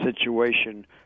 situation